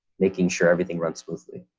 making sure everything runs smoothly.